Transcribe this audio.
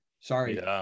sorry